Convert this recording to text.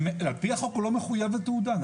על פי החוק הוא לא מחויב בתעודה.